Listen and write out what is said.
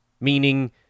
meaning